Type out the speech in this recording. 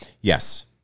Yes